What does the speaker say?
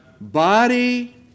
body